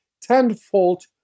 tenfold